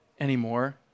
anymore